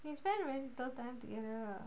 we spend very little time together